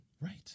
Right